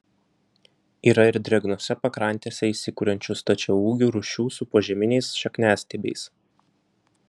yra ir drėgnose pakrantėse įsikuriančių stačiaūgių rūšių su požeminiais šakniastiebiais